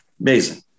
Amazing